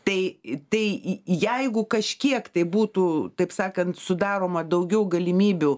tai į tai į į jeigu kažkiek tai būtų taip sakant sudaroma daugiau galimybių